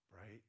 right